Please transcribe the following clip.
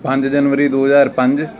ਪੰਜ ਜਨਵਰੀ ਦੋ ਹਜ਼ਾਰ ਪੰਜ